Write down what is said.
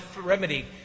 remedy